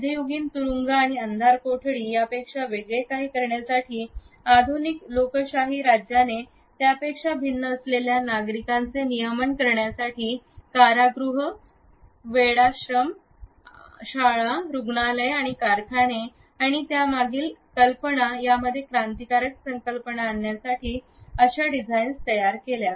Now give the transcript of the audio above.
मध्ययुगीन तुरुंग आणि अंधारकोठडी यापेक्षा वेगळे काही करण्यासाठी आधुनिक लोकशाही राज्याने त्यापेक्षा भिन्न असलेल्या नागरिकांचे नियमन करण्यासाठी कारागृह वेडा आश्रय शाळा रुग्णालये आणि कारखाने आणि त्यामागील कल्पनायामध्ये क्रांतिकारक संकल्पना आणण्यासाठी आशा डिझाइन्स तयार केल्या